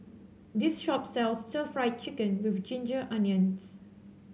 this shop sells Stir Fried Chicken with Ginger Onions